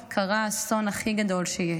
קרה האסון הכי גדול שיש.